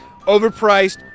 overpriced